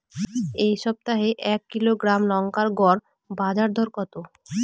এই সপ্তাহে এক কিলোগ্রাম লঙ্কার গড় বাজার দর কত?